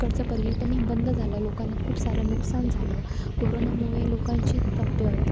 तिकडचं पर्यटन हे बंद झालं लोकांना खूप सारं नुकसान झालं कोरोनामुळे लोकांची तब्येत